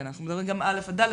אנחנו מדברים גם על א' עד ד'.